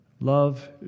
Love